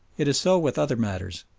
it is so with other matters.